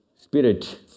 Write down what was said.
spirit